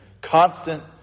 constant